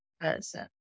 person